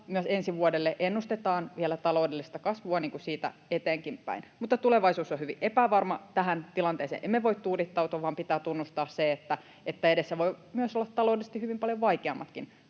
myös ensi vuodelle ennustetaan vielä taloudellista kasvua niin kuin siitä eteenkinpäin. Mutta tulevaisuus on hyvin epävarma. Tähän tilanteeseen emme voi tuudittautua, vaan pitää tunnustaa se, että edessä voivat myös olla taloudellisesti hyvin paljon vaikeammatkin